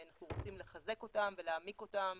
אנחנו רוצים לחזק אותם ולהעמיק אותם